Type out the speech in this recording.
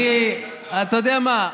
אתה יודע מה?